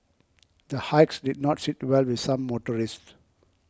the hikes did not sit well with some motorists